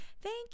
Thank